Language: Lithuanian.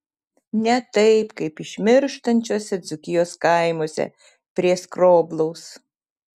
ne taip kaip išmirštančiuose dzūkijos kaimuose prie skroblaus